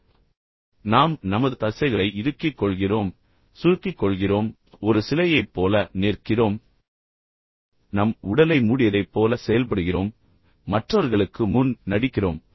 எனவே நாம் நமது தசைகளை இறுக்கிக் கொள்கிறோம் சுருக்கிக் கொள்கிறோம் பின்னர் ஒரு சிலையைப் போல நிற்கிறோம் பின்னர் நம் உடலை மூடியதைப் போல செயல்படுகிறோம் எனவே மற்றவர்களுக்கு முன் நடிக்கிறோம்